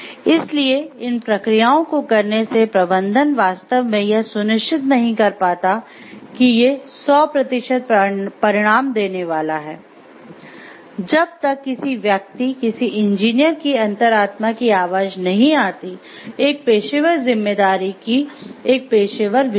इसलिए इन प्रक्रियाओं को करने से प्रबंधन वास्तव में यह सुनिश्चित नहीं कर पाता कि ये 100 प्रतिशत परिणाम देने वाला हैं जब तक किसी व्यक्ति किसी इंजीनियर की अंतरात्मा की आवाज़ नहीं आती एक पेशेवर जिम्मेदारी की एक पेशेवर विवेक की